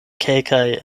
kelkaj